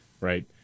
Right